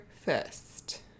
first